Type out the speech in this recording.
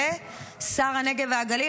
שר הנגב והגליל,